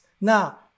Now